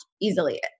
easily